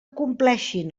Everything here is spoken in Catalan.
compleixen